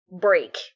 break